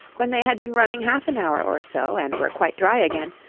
when they had been running half an hour or so, and were quite dry again,